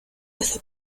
esa